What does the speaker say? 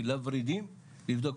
הורידים, ולבדוק.